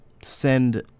send